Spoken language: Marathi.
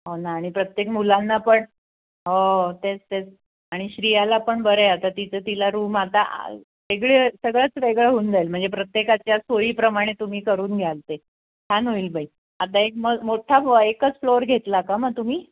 हो ना आणि प्रत्येक मुलांना पण हो तेच तेच आणि श्रियाला पण बरं आहे आता तिचं तिला रूम आता वेगळे सगळंच वेगळं होऊन जाईल म्हणजे प्रत्येकाच्या सोयीप्रमाणे तुम्ही करून घ्याल ते छान होईल बाई आता एक मग मोठा फ एकच फ्लोअर घेतला का मग तुम्ही